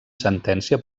sentència